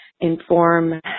inform